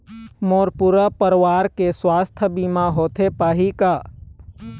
मोर पूरा परवार के सुवास्थ बीमा होथे पाही का?